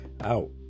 out